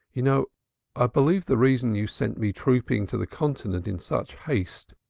you know i believe the reason you sent me trooping to the continent in such haste,